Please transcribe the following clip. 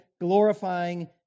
glorifying